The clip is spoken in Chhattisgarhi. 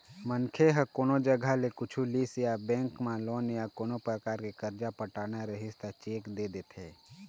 मनखे ह कोनो जघा ले कुछु लिस या बेंक म लोन या कोनो परकार के करजा पटाना रहिस त चेक दे देथे